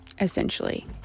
essentially